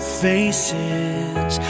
faces